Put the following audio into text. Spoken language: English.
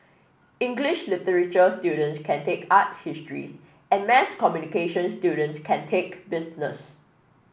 English literature students can take art history and mass communication students can take business